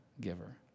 giver